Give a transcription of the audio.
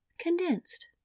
Condensed